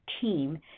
team